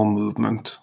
movement